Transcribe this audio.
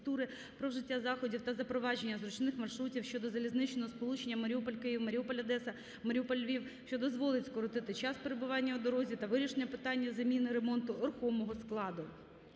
про вжиття заходів та запровадження зручних маршрутів щодо залізничного сполучення Маріуполь-Київ, Маріуполь-Одеса, Маріуполь-Львів, що дозволить скоротити час перебування у дорозі та вирішення питання заміни/ремонту рухомого складу.